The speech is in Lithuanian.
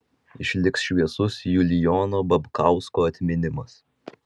išliks šviesus julijono babkausko atminimas